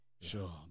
Sure